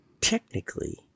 technically